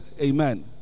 Amen